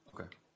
Okay